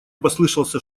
послышался